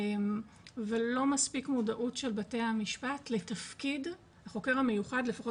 ולא מספיק מודעות של בתי המשפט לתפקיד החוקר המיוחד לפחות